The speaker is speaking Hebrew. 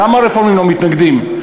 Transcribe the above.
למה הרפורמים לא מתנגדים?